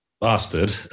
bastard